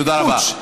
תודה רבה.